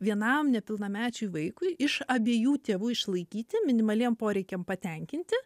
vienam nepilnamečiui vaikui iš abiejų tėvų išlaikyti minimaliem poreikiam patenkinti